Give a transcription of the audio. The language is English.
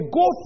go